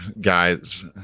guys